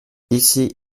ici